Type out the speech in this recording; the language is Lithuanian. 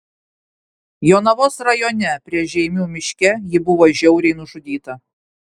jonavos rajone prie žeimių miške ji buvo žiauriai nužudyta